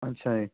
ਅੱਛਾ ਜੀ